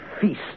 feast